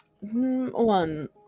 one